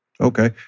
Okay